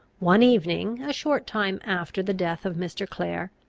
one evening, a short time after the death of mr. clare,